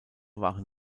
waren